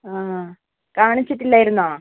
ആ ആ കാണിച്ചിട്ടില്ലായിരുന്നോ